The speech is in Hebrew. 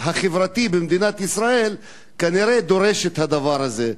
החברתי במדינת ישראל כנראה דורש את הדבר הזה,